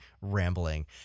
rambling